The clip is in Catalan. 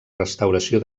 restauració